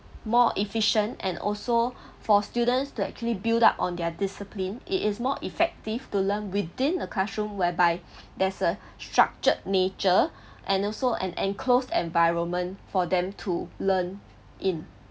more efficient and also for students to actually build up on their discipline it is more effective to learn within the classroom whereby there's a structured nature and also an enclosed environment for them to learn in